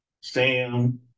Sam